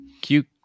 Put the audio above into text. cute